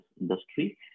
industry